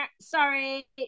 sorry